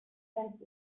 sensed